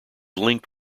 linked